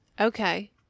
Okay